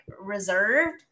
reserved